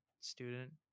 student